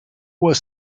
was